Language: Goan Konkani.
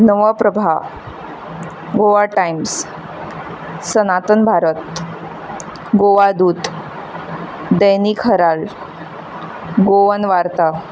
Navprabha Goa Times Sanatan Bharat Goadoot Dainik Herald Goan Varta